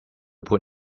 put